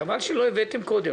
חבל שלא הבאתם קודם.